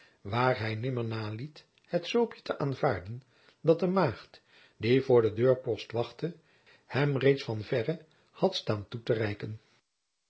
waar hij nimmer naliet jacob van lennep de pleegzoon het zoopje te aanvaarden dat de maagd die voor de deurpost wachtte hem reeds van verre had staan toe te reiken